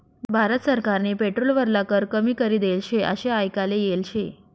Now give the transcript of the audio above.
भारत सरकारनी पेट्रोल वरला कर कमी करी देल शे आशे आयकाले येल शे